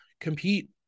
compete